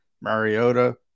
Mariota